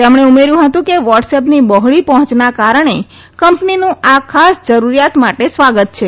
તેમણે ઉમેર્યુ હતું કે વોટસએપની બહોળી પહોંચના કારણે કંપનીનું આ ખાસ જરૂરીયાત માટે સ્વાગત છે